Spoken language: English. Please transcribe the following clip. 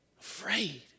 Afraid